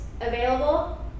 available